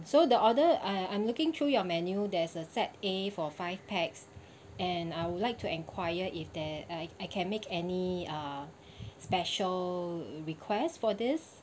so the order I I'm looking through your menu there's a set a for five pax and I would like to enquire if there I I can make any uh special requests for this